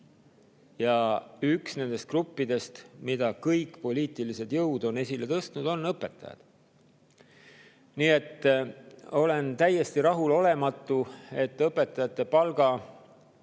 Ja üks nendest gruppidest, mida kõik poliitilised jõud on esile tõstnud, on õpetajad. Nii et olen täiesti rahulolematu, et õpetajate palga[tõusu]